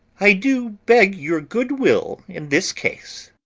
i do beg your good will in this case.